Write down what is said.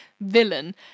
villain